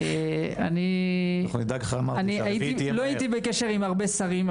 אני לא הייתי בקשר עם הרבה שרים,